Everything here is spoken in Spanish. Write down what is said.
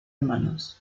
hermanos